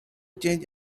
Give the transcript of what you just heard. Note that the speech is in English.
change